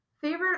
Favorite